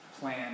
plan